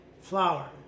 flour